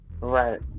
right